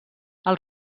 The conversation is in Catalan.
els